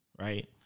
right